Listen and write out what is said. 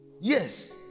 Yes